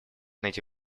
найти